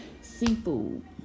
seafood